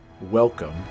Welcome